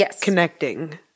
connecting